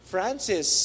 Francis